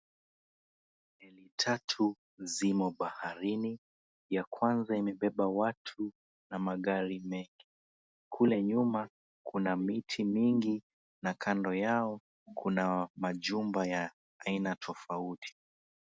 Meli tatu zimo baharini ya kwanza imebeba watu na magari mengi, kule nyuma kuna miti mingi na kando yao kuna majumba ya aina tofauti.